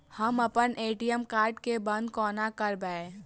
हम अप्पन ATM card केँ बंद कोना करेबै?